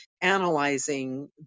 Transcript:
analyzing